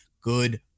Good